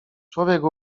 człowiek